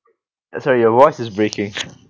sorry your voice is breaking